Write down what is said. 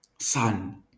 son